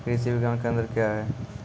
कृषि विज्ञान केंद्र क्या हैं?